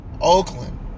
Oakland